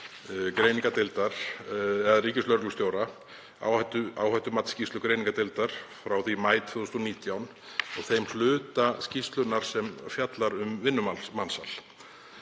greiningardeildar ríkislögreglustjóra, áhættumatsskýrslu greiningardeildar frá því í maí 2019, og þeim hluta skýrslunnar sem fjallar um vinnumansal.